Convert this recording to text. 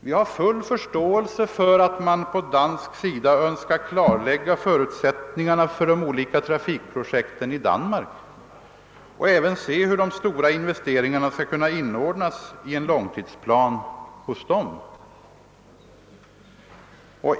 Vi har full förståelse för att man från dansk sida önskar klarlägga förutsättningarna för de olika trafikprojekten i Danmark och även se hur de stora investeringarna skall kunna inordnas i en långtidsplan.